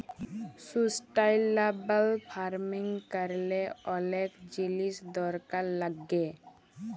sustainable farming ক্যরলে অলেক জিলিস দরকার লাগ্যে